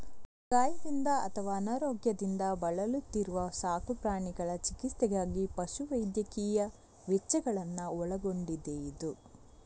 ಗಾಯದಿಂದ ಅಥವಾ ಅನಾರೋಗ್ಯದಿಂದ ಬಳಲುತ್ತಿರುವ ಸಾಕು ಪ್ರಾಣಿಗಳ ಚಿಕಿತ್ಸೆಗಾಗಿ ಪಶು ವೈದ್ಯಕೀಯ ವೆಚ್ಚಗಳನ್ನ ಒಳಗೊಂಡಿದೆಯಿದು